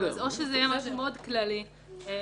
או שזה יהיה משהו מאוד כללי או